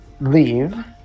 leave